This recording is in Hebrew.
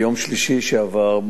ביום שלישי שעבר,